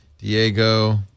Diego